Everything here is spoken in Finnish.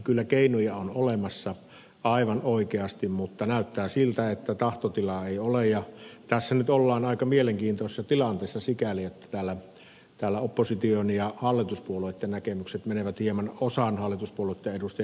kyllä keinoja on olemassa aivan oikeasti mutta näyttää siltä että tahtotilaa ei ole ja tässä nyt ollaan aika mielenkiintoisessa tilanteessa sikäli että täällä opposition ja osan hallituspuolueitten edustajista näkemykset menevät ristiin